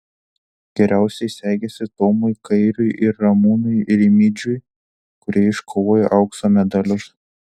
geriausiai sekėsi tomui kairiui ir ramūnui rimidžiui kurie iškovojo aukso medalius